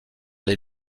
les